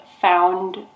found